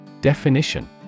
Definition